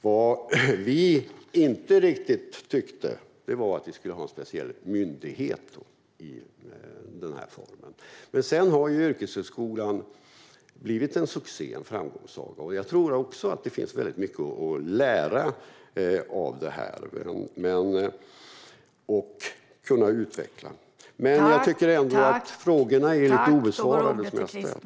Vad vi inte riktigt tyckte var att vi skulle ha en speciell myndighet i den här formen. Men sedan har yrkeshögskolan blivit en succé och en framgångssaga. Jag tror att det finns mycket att lära av det här och mycket att utveckla. Jag tycker ändå att frågorna som jag ställt är obesvarade.